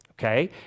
okay